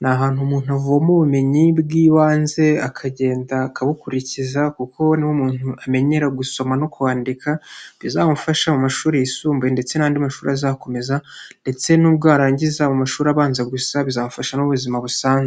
ni ahantu umuntu avoma ubumenyi bw'ibanze, akagenda akabukurikiza kuko niho umuntu amenyera gusoma no kuwandika, bizamufasha mu mashuri yisumbuye ndetse n'andi mashuri azakomeza ndetse n'ubwo yarangiza mashuri abanza gusa, bizamufasha no mu buzima busanzwe.